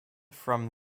from